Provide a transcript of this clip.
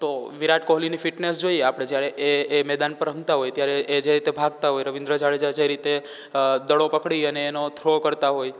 તો વિરાટ કોહલીની ફિટનેસ જોઈએ આપણે જ્યારે એ એ મેદાન પર રમતા હોય ત્યારે એ જે રીતે ભાગતા હોય રવીન્દ્ર જાડેજા જે રીતે દડો પકડી અને એનો થ્રો કરતા હોય